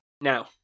Now